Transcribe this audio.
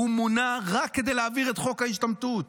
הוא מונה רק כדי להעביר את חוק ההשתמטות.